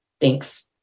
Thanks